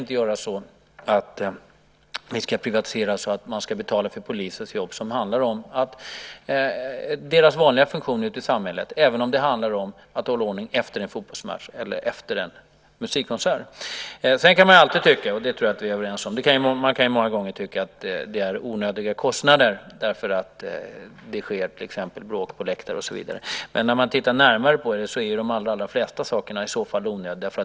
Vi ska inte heller privatisera så att man ska betala för polisens jobb som handlar om dess vanliga funktion ute i samhället, även om det handlar om att hålla ordning efter en fotbollsmatch eller efter en konsert. Sedan kan man många gånger tycka, och det tror jag att vi är överens om, att det är fråga om onödiga kostnader därför att det sker bråk på läktare och så vidare. Men när man tittar närmare på det är i så fall de allra flesta saker onödiga.